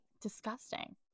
disgusting